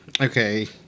Okay